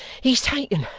he's taken.